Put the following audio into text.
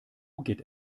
geht